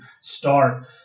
start